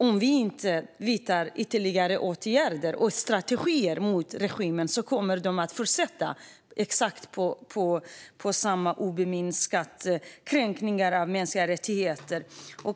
Om vi inte vidtar ytterligare åtgärder och strategier mot regimen kommer den att fortsätta med oförminskade kränkningar av mänskliga rättigheter.